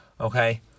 Okay